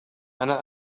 أنا